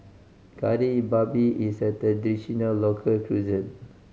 Kari Babi is a traditional local cuisine